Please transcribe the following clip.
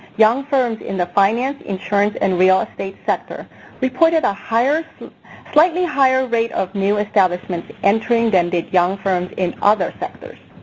young firms in the finance, insurance and real estate sector reported a slightly higher so slightly higher rate of new establishments entering than did young firms in other sectors.